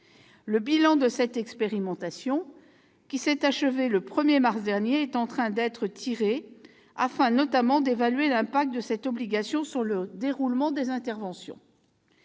Le bilan de cette expérimentation, qui s'est achevé le 1 mars dernier, est en train d'être tiré, notamment afin d'évaluer l'impact de cette obligation sur le déroulement des interventions.